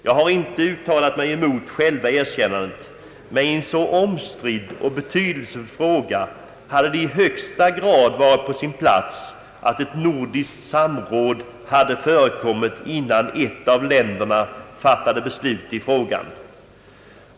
Jag har inte uttalat mig mot själva erkännandet, men i en så omstridd och betydelsefull fråga hade det i högsta grad varit på sin plats att ett nordiskt samråd förekommit innan ett av länderna fattade beslut i frågan.